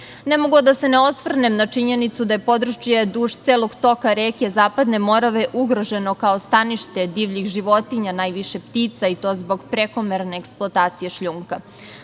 mogu, a da se ne osvrnem na činjenicu da je područje duž celog toka reke Zapadne Morave ugroženo kao stanište divljih životinja, najviše ptica i to zbog prekomerne eksploatacije šljunka.